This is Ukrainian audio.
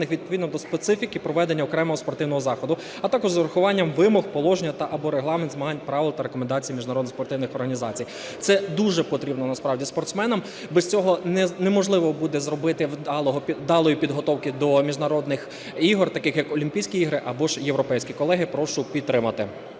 відповідно до специфіки проведення окремого спортивного заходу, а також з урахуванням вимог положення та/або регламентів змагань, правил та рекомендації міжнародних спортивних організацій. Це дуже потрібно насправді спортсменам. Без цього неможливо буде зробити вдалої підготовки до міжнародних ігор, таких як Олімпійські ігри або ж європейські. Колеги, прошу підтримати.